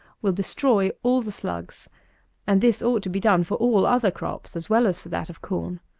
will destroy all the slugs and this ought to be done for all other crops as well as for that of corn.